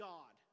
God